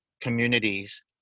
communities